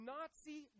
Nazi